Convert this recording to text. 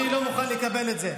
לא, לא, אני לא מוכן לקבל את זה.